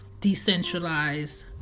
Decentralized